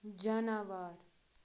جاناوار